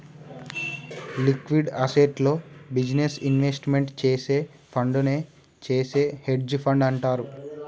liquid అసెట్స్లో business investment చేసే ఫండునే చేసే హెడ్జ్ ఫండ్ అంటారు